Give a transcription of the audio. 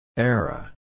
Era